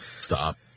Stop